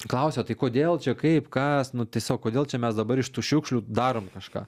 klausia tai kodėl čia kaip kas nu tiesiog kodėl čia mes dabar iš tų šiukšlių darom kažką